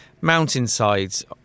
mountainsides